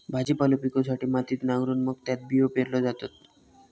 भाजीपालो पिकवूसाठी मातीत नांगरून मग त्यात बियो पेरल्यो जातत